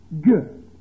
Good